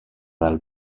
del